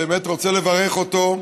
אני באמת רוצה לברך אותו.